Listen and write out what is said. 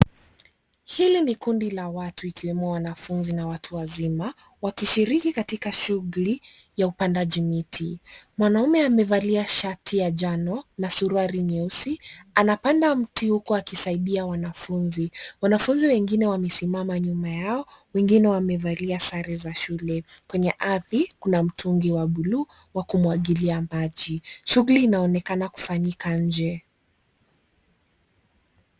Hili ni kundi la watu ikiwemo wanafunzi na watu wazima wakishiriki katika shughuli ya upandaji miti. Mwanaume amevalia shati ya njano na suruali nyeusi anapanda mti huku akisaidia wanafunzi. Wanafunzi wengine wamesimama nyuma yao wengine wamevalia sare za shule. Kwenye ardhi kuna mtungi wa buluu wa kumwagilia maji. Shughuli inaonekana kufanyika nje.